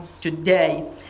today